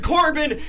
Corbin